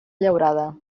llaurada